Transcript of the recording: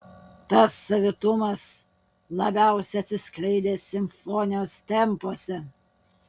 tas savitumas labiausiai atsiskleidė simfonijos tempuose